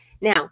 Now